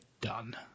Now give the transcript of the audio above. done